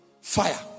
Fire